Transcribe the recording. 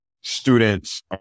students